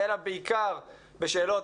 אלא בעיקר בשאלות,